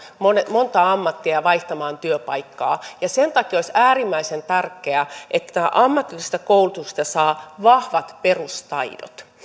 monta ammattia ja vaihtamaan työpaikkaa ja sen takia olisi äärimmäisen tärkeää että tästä ammatillisesta koulutuksesta saa vahvat perustaidot